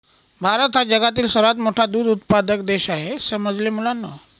भारत हा जगातील सर्वात मोठा दूध उत्पादक देश आहे समजले मुलांनो